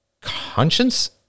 conscience